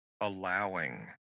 allowing